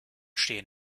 stehen